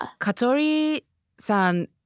Katori-san